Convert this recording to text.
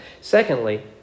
Secondly